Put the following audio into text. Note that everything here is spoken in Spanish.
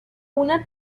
una